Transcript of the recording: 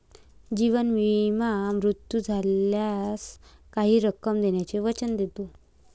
जीवन विमा मृत्यू झाल्यास काही रक्कम देण्याचे वचन देतो